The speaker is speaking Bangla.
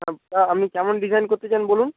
আপনি কেমন ডিজাইন করতে চান বলুন